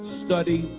study